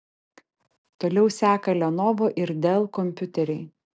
toliau seka lenovo ir dell kompiuteriai